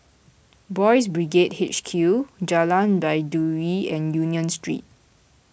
Boys' Brigade H Q Jalan Baiduri and Union Street